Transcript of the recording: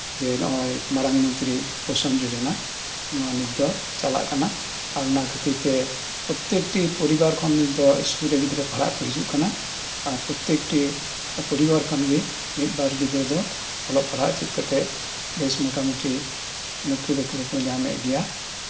ᱢᱟᱨᱟᱝ ᱢᱚᱱᱛᱤᱨᱤ ᱠᱳᱥᱚᱞ ᱡᱳᱡᱚᱱᱟ ᱱᱚᱣᱟ ᱱᱤᱛ ᱫᱚ ᱪᱟᱞᱟᱜ ᱠᱟᱱᱟ ᱚᱱᱟ ᱠᱷᱟᱹᱛᱤᱨᱛᱮ ᱯᱨᱚᱛᱮᱠᱴᱤ ᱯᱚᱨᱤᱵᱟᱨ ᱠᱷᱚᱱ ᱱᱤᱛ ᱫᱚ ᱤᱥᱠᱩᱞ ᱨᱮ ᱜᱤᱫᱽᱨᱟᱹ ᱯᱟᱲᱦᱟᱜ ᱠᱚ ᱦᱤᱡᱩᱜ ᱠᱟᱱᱟ ᱟᱨ ᱯᱨᱚᱛᱮᱠᱴᱤ ᱯᱚᱨᱤᱵᱟᱨ ᱠᱷᱚᱱᱜᱮ ᱢᱤᱫᱵᱟᱨ ᱜᱤᱫᱽᱨᱟᱹ ᱫᱚ ᱚᱞᱚᱜ ᱯᱟᱲᱦᱟᱜ ᱪᱮᱫ ᱠᱟᱛᱮᱜ ᱱᱩᱠᱨᱤ ᱵᱟᱠᱨᱤ ᱦᱚᱸ ᱠᱚ ᱧᱟᱢᱮᱜ ᱜᱮᱭᱟ